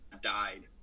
died